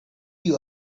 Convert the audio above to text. you